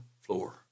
floor